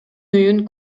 үйүн